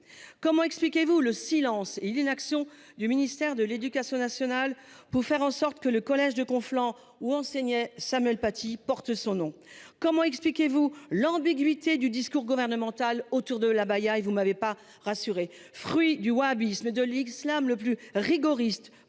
Comment expliquez-vous le silence il l'inaction du ministère de l'Éducation nationale pour faire en sorte que le collège de Conflans où enseignait Samuel Paty porte son nom. Comment expliquez-vous l'ambiguïté du discours gouvernemental autour de l'abaya et vous m'avez pas rassuré fruit du wahhabisme de l'Islam le plus rigoriste prônée en